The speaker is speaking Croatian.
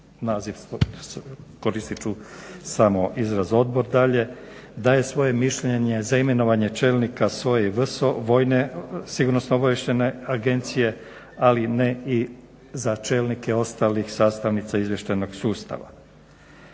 naziv koristit ću samo izraz odbor dalje, daje svoje mišljenje za imenovanje čelnika SOA-e i vojne SOA-e ali ne i za čelnike ostalih sastavnica izvještajnog sustava.